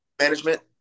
management